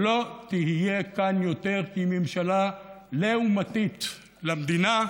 שלא תהיה כאן יותר, כי היא ממשלה לעומתית למדינה,